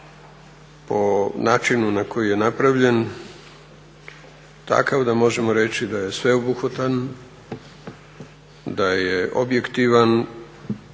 po načinu koji je napravljen takav da možemo reći da je sveobuhvatan, da je objektivan